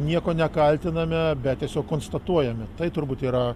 nieko nekaltiname bet tiesiog konstatuojame tai turbūt yra